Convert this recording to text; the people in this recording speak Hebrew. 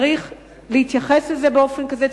צריך להתייחס לזה באופן כזה.